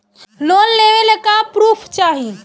Loan लेवे ला का पुर्फ चाही?